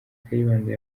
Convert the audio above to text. kayibanda